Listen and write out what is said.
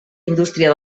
indústria